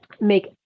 make